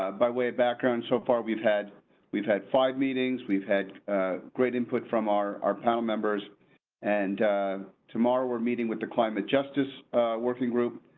by way background, so far we've had we've had five meetings. we've had great input from our, our panel members and tomorrow we're meeting with the climate justice working group.